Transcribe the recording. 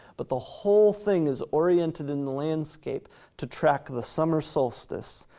but the whole thing is oriented in the landscape to track the summer solstice,